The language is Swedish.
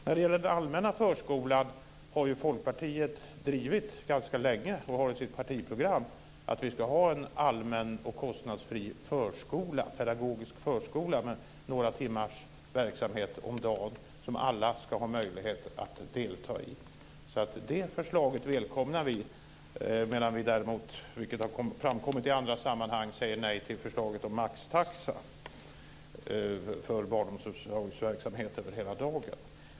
När det gäller den allmänna förskolan har ju Folkpartiet ganska länge drivit, och har det med i sitt partiprogram, att vi ska ha en allmän och kostnadsfri pedagogisk förskola med några timmars verksamhet om dagen som alla ska ha möjlighet att delta i. Det förslaget välkomnar vi alltså, medan vi däremot, vilket har framkommit i andra sammanhang, säger nej till förslaget om maxtaxa för barnomsorgsverksamhet under hela dagen.